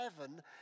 heaven